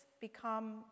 become